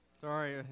sorry